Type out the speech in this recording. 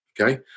Okay